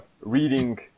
reading